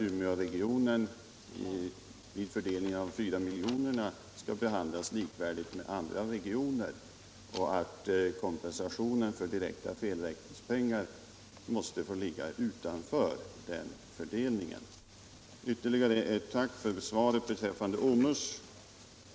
Umeåregionen skall vid fördelningen av dessa medel behandlas likvärdigt med andra regioner, och kompensationen för direkta felräkningspengar måste ske utanför den. Jag vill framföra ytterligare ett tack för svaret beträffande OMUS.